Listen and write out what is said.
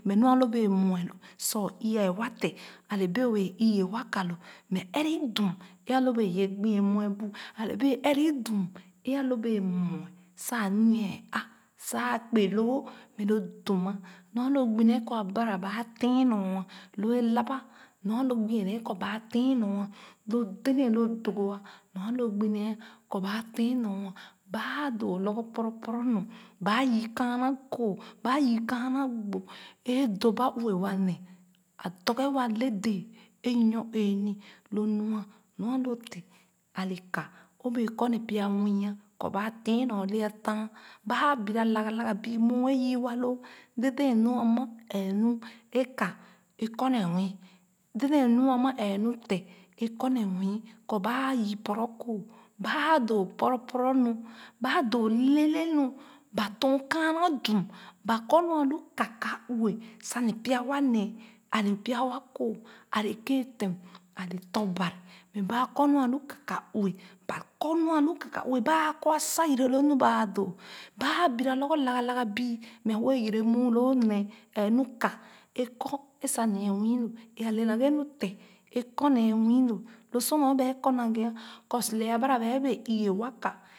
Me nu a lo bee mue sa o u-ya wa te a le bee o wɛɛ ii-ye wa ka lo mɛ ɛrɛ o dum e a lo bee ye gbie mue bu a le bee ẹrɛ i dum e a lo bee ye gbie mue sa anya a sa a kpe loo mɛ loo dum nu a lo gbu nee kɔ a bara ba tèen nu lo e lap ba nu a lo gbu nee kɔ ba tèen nu a lo dèdèn lo dogo nu alo gbi nee kɔ ba tèn nu ba a doo lorgor poro poro nu ba yii kaana kooh ba yii kaana gbo e-doba ue wa ne a torge wa le dee e- inyo ee nu lo nu a nyo a lo te ale ka obẹe kɔ pya nwii kɔ ba ten nyo le a taah ba aa bira laga laga bii muu e yii walo dedèn nu a ma ee nu e ka a kɔne nwii dèdèn nu a ma ɛɛ nu te e kɔ ne nwii kɔ bia yii poro kooh ba aa do poro poro nu ba doo le le nu ba tɔn kaana dum ba kɔ nu a lu kakaue sa ne pya waa nee a le pya waa kooh ale keè tèn a le tɔ̃ Bani mɛ ba kɔ nu a lu kakaue ba kɔ nu baa āā doo baa aa bira lorgor laga laga bii mɛ a wɛɛ yere muu lo nee ɛɛ mu ka e kɔ sa ne ye nwii lo e a le naghe nu te e kɔ nee ye nwii lo lo sor ba kɔ naghe kɔ lɛɛ a bara ba bee ii-ye wa ka ̣